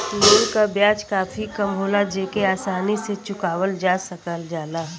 loan क ब्याज काफी कम होला जेके आसानी से चुकावल जा सकल जाला